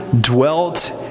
dwelt